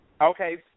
Okay